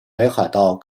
北海道